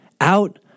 out